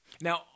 Now